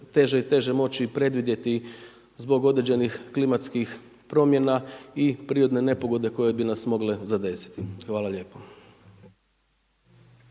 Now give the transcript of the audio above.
teže moći predvidjeti, zbog određenih klimatskih promjena i prirodne nepogode koje bi nas mogle zadesiti. Hvala lijepo.